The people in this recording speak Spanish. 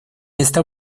esta